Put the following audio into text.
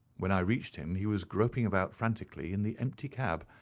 when i reached him he was groping about frantically in the empty cab,